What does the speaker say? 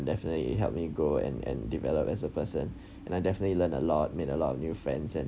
definitely it helped me grow and and develop as a person and I definitely learn a lot made a lot of new friends and